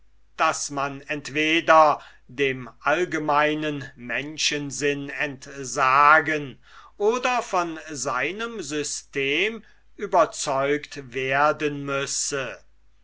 daß man entweder dem allgemeinen menschensinn entsagen oder von seinem system überzeugt werden müsse